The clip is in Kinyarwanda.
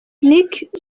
nick